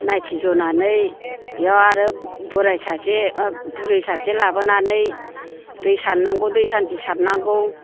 नायथि जनानै बेयाव आरो बोराय सासे बुरै सासे लाबोनानै दै सारनांगौ दै सान्थि सारनांगौ